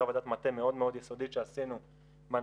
עבודת מטה מאוד מאוד יסודית שעשינו בנושא,